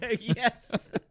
yes